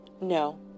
No